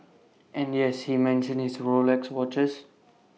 and yes he mentions his Rolex watches